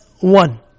one